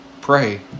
Pray